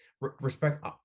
Respect